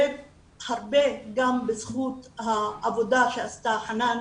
והרבה גם בזכות העבודה שעשתה חנאן,